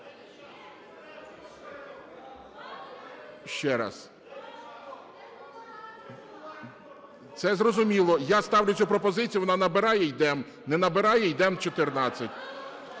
Ще раз. Це зрозуміло. Я ставлю цю пропозицію. Вона набирає – йдемо. Не набирає – йдемо 14.